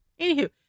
Anywho